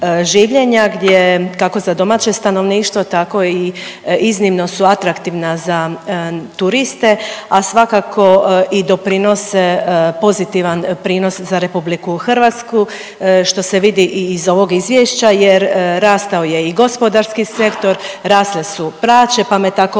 življenja gdje kako za domaće stanovništvo tako i iznimno su atraktivna za turiste, a svakako i doprinose pozitivan prinos za Republiku Hrvatsku što se vidi i iz ovog izvješća jer rastao je i gospodarski sektor, rasle su plaće, pa me tako